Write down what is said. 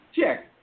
check